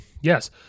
Yes